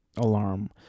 Alarm